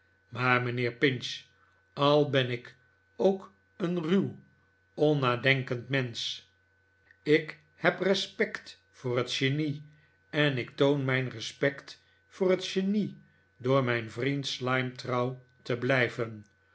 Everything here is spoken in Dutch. maar mijnheer pinch al ben ik ook een ruw onnadenkend mensch ik heb respect voor het genie en ik toon mijn respect voor het genie door mijn yriend slyme trouw te blijven